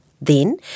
Then